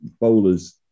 bowlers